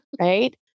Right